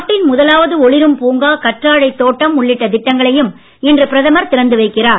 நாட்டின் முதலாவது ஒளிரும் பூங்கா கற்றாழைத் தோட்டம் உள்ளிட்ட திட்டங்களையும் இன்று பிரதமர் திறந்து வைக்கிறார்